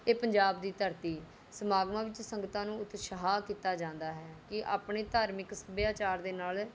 ਅਤੇ ਪੰਜਾਬ ਦੀ ਧਰਤੀ ਸਮਾਗਮਾਂ ਵਿੱਚ ਸੰਗਤਾਂ ਨੂੰ ਉਤਸ਼ਾਹ ਕੀਤਾ ਜਾਂਦਾ ਹੈ ਕਿ ਆਪਣੇ ਧਾਰਮਿਕ ਸੱਭਿਆਚਾਰ ਦੇ ਨਾਲ